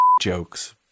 jokes